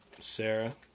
Sarah